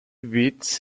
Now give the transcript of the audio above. bits